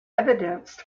evidenced